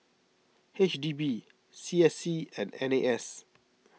H D B C S C and N A S